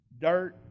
dirt